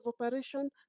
operation